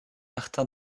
martin